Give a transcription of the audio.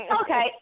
Okay